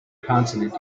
consonant